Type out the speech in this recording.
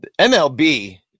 MLB